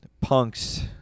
punks